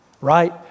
right